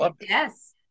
Yes